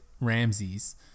Ramses